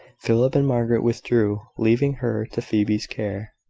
philip and margaret withdrew, leaving her to phoebe's care.